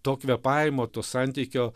to kvėpavimo to santykio